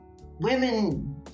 women